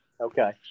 Okay